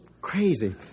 crazy